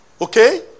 Okay